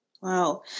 Wow